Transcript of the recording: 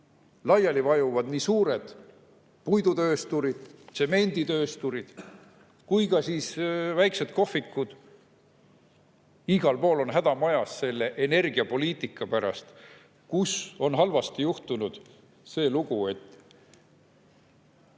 laiali vajuvad nii suured puidutööstused, tsemenditööstused kui ka väikesed kohvikud. Igal pool on häda majas selle energiapoliitika pärast, kus on halvasti juhtunud see lugu, et